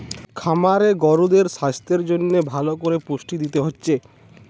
খামারে গরুদের সাস্থের জন্যে ভালো কোরে পুষ্টি দিতে হচ্ছে